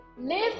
live